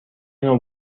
نوع